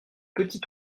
petit